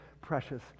precious